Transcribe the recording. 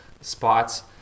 spots